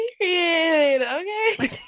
Okay